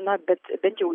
na bet bent jau